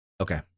Okay